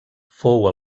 fou